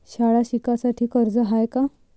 शाळा शिकासाठी कर्ज हाय का?